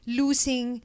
losing